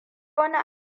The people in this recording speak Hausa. wani